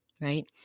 Right